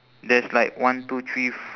there's like one two three f~